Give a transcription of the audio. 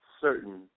certain